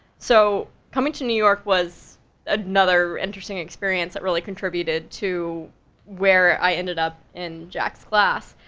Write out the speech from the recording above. so, coming to new york was another interesting experience that really contributed to where i ended up in jack's class.